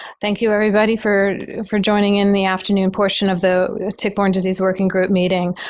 thank you everybody for for joining in the afternoon portion of the tick-borne disease working group meeting.